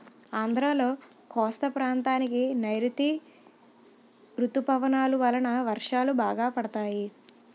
ఆంధ్రాలో కోస్తా ప్రాంతానికి నైరుతీ ఋతుపవనాలు వలన వర్షాలు బాగా పడతాయి